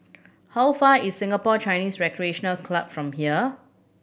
how far is Singapore Chinese Recreation Club from here